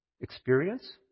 experience